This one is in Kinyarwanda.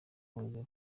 kuzura